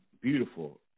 beautiful